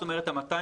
זאת אומרת ה-200%,